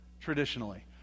traditionally